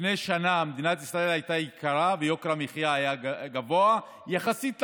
לפני שנה מדינת ישראל הייתה יקרה ויוקר המחיה היה גבוה יחסית לעולם,